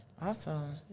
Awesome